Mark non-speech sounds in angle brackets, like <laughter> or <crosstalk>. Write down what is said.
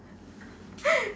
<laughs>